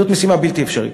זאת משימה בלתי אפשרית.